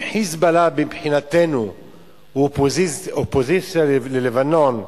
אם מבחינתנו "חיזבאללה" הוא אופוזיציה בלבנון,